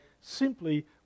simply